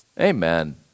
Amen